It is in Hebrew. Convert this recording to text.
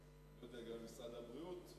אני לא יודע לגבי משרד הבריאות.